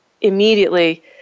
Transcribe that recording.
immediately